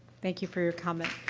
thank you for your comment.